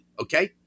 Okay